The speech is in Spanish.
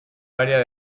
área